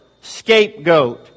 Scapegoat